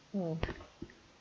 mm